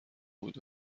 بود